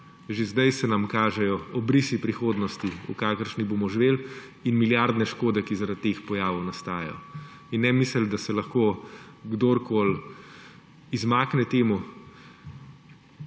že zdaj se nam kažejo obrisi prihodnosti, v kakšni bomo živeli, in milijardne škode, ki zaradi teh pojavov nastajajo. In ne misliti, da se lahko kdorkoli izmakne temu.